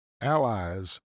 allies